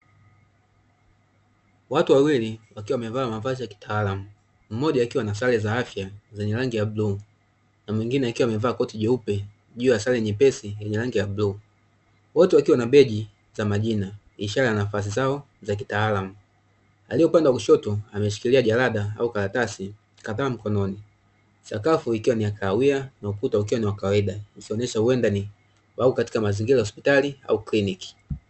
Watu wawili wakiwa wamevaa mavazi ya kitaalamu, mmoja akiwa na sare za afya zenye rangi ya bluu na mwingine akiwa amevaa koti jeupe juu ya sare nyepesi yenye rangi ya bluu. Wote wakiwa na beji za majina ishara ya nafasi zao za kitaalamu, aliye upande wa kushoto ameshikilia jalada au karatasi kadhaa mkononi. Sakafu ikiwa ni ya kahawia na ukuta ukiwa wa kawaida, ikionesha huenda ni wapo katika mazingira ya hospitali au kliniki.